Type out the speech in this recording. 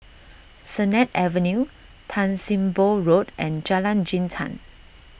Sennett Avenue Tan Sim Boh Road and Jalan Jintan